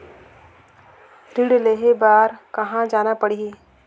ऋण लेहे बार कहा जाना पड़ही?